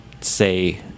say